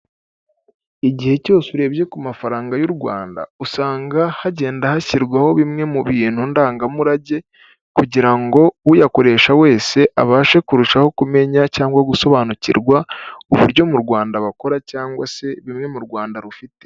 Igihe cyose urebye ku mafaranga y'u Rwanda, usanga hagenda hashyirwaho bimwe mu bintu ndangamurage kugira ngo uyakoresha wese abashe kurushaho kumenya cyangwa gusobanukirwa uburyo mu Rwanda bakora cyangwa se bimwe mu Rwanda rufite.